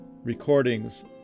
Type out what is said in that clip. recordings